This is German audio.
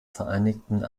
vereinigten